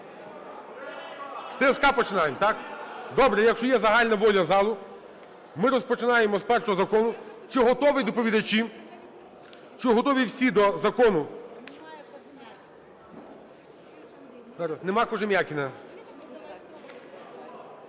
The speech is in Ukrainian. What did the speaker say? З ТСК починаємо, так? Добре. Якщо є загальна воля залу, ми розпочинаємо з першого закону. Чи готові доповідачі, чи готові всі до закону…? Зараз, немає Кожем'якіна.